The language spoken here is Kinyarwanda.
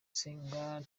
senga